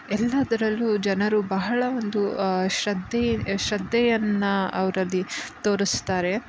ಎಲ್ಲದರಲ್ಲೂ ಜನರು ಬಹಳ ಒಂದು ಶ್ರದ್ಧೆ ಶ್ರದ್ಧೆಯನ್ನು ಅವ್ರು ಅಲ್ಲಿ ತೋರಿಸ್ತಾರೆ